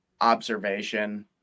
observation